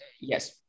yes